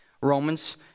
Romans